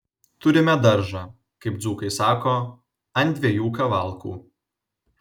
turime daržą kaip dzūkai sako ant dviejų kavalkų